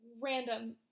random